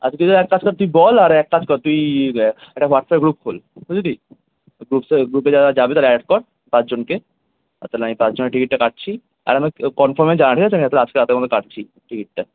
আচ্ছা তুই তালে এক কাজ কর তুই বল আর এক কাজ কর তুই একটা হোয়াটসঅ্যাপ গ্রুপ খোল বুঝলি গ্রুপসে গ্রুপে যারা যাবে তারা অ্যাড কর পাঁচজনকে আর তালে আমি পাঁচজনের টিকিটটা কাটছি আর আমাকে কনফার্ম হয়ে জানা ঠিক আছে আমি আজকে রাতের মধ্যে কাটছি টিকিটটা